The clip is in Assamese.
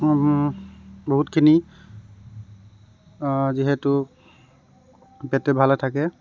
বহুতখিনি যিহেতু পেটটো ভালে থাকে